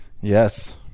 Yes